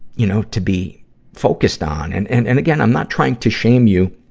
you know, to be focused on. and, and and again, i'm not trying to shame you.